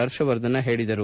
ಹರ್ಷವರ್ಧನ್ ಹೇಳಿದರು